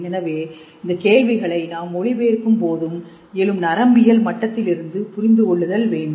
எனவே இந்த கேள்விகளை நாம் மொழிபெயர்க்கும் போது எழும் நரம்பியல் மட்டத்திலிருந்து புரிந்து கொள்ளுதல் வேண்டும்